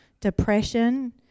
depression